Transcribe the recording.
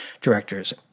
directors